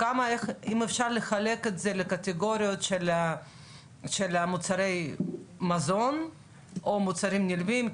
אם אפשר לחלק את זה לקטגוריות של מוצרי מזון או מוצרים נלווים,